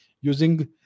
using